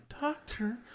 Doctor